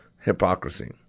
Hypocrisy